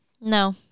No